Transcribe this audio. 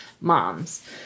moms